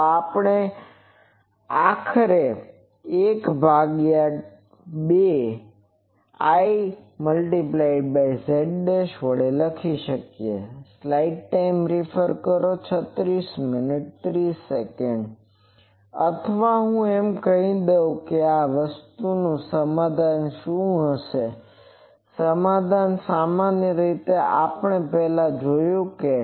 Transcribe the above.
તો આપણે આખરે આ l ભાગ્યા 2 Iz વડે લખી શકીએ અથવા હું એમ કહી દઉં કે આ વસ્તુનું સમાધાન શું હશે તે સમાધાન સામાન્ય રીતે થશે આ આપણે પહેલા જોયું છે